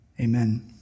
Amen